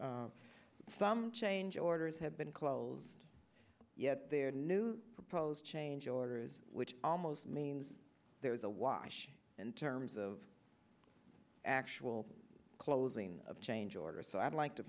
some change orders have been closed yet there are new proposed change orders which almost means there is a wash in terms of actual closing of change orders so i'd like to